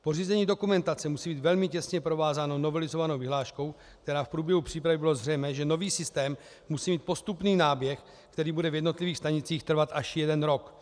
Pořízení dokumentace musí být velmi těsně provázáno novelizovanou vyhláškou, kdy v průběhu přípravy bylo zřejmé, že nový systém musí mít postupný náběh, který bude v jednotlivých stanicích trvat až jeden rok.